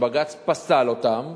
שבג"ץ פסל אותן,